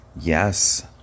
yes